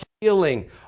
healing